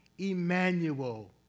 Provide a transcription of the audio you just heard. Emmanuel